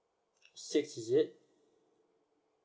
six is it